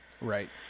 Right